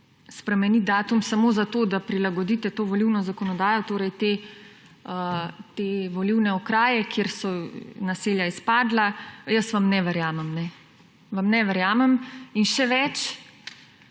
spremeniti datum samo zato, da prilagodite to volilno zakonodajo, torej te volilne okraje, kjer so naselja izpadla – jaz vam ne verjamem, vam ne